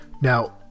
Now